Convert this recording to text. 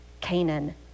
Canaan